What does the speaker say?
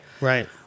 Right